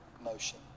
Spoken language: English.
motion